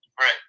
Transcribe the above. right